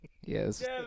Yes